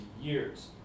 years